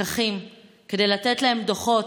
פקחים כדי לתת להם דוחות,